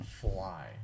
fly